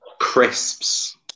crisps